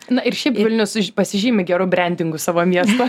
na ir šiaip vilnius pasižymi geru brandingu savo miesto